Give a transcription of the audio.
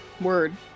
Word